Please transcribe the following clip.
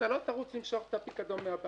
אתה לא תרוץ למשוך את הפיקדון מהבנק.